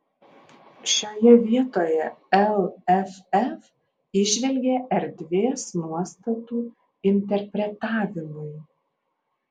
šioje vietoje lff įžvelgė erdvės nuostatų interpretavimui